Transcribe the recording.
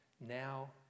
now